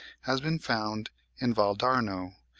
has been found in val d'arno,